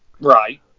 Right